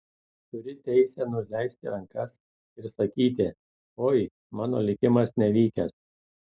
turi teisę nuleisti rankas ir sakyti oi mano likimas nevykęs